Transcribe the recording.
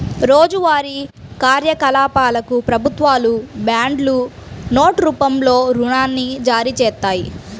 రోజువారీ కార్యకలాపాలకు ప్రభుత్వాలు బాండ్లు, నోట్ రూపంలో రుణాన్ని జారీచేత్తాయి